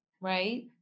right